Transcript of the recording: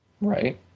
Right